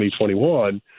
2021